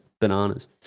bananas